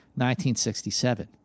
1967